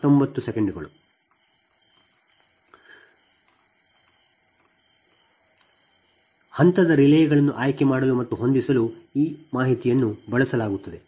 ಹಂತದ ರಿಲೇಗಳನ್ನು ಆಯ್ಕೆ ಮಾಡಲು ಮತ್ತು ಹೊಂದಿಸಲು ಈ ಮಾಹಿತಿಯನ್ನು ಬಳಸಲಾಗುತ್ತದೆ